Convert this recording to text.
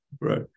Right